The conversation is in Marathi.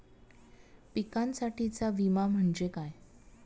पिकांसाठीचा विमा म्हणजे काय?